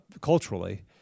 culturally